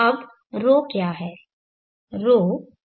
अब ρ क्या है